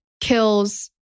kills